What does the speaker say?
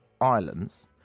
islands